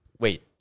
Wait